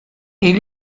est